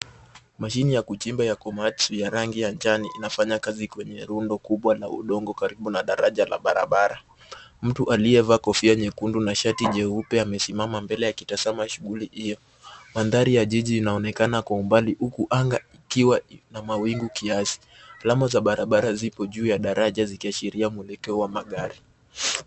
Mashini ya kuchimba ya Komatsu ya rangi ya njani inafanya kazi kwenye rundo kubwa na udongo karibu na daraja la barabara. Mtu aliyevaa kofia nyekundu na shati jeupe amesimama mbele akitazama shughuli hiyo. Mandhari ya jiji inaonekana kwa mbali, huku anga ikiwa na mawingu kiasi. Alama za barabara zipo juu ya daraja zikiashiria mwelekeo wa magari.